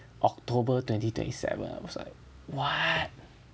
October twenty twenty seven I was like what